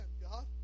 God